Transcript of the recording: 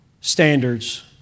Standards